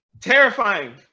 Terrifying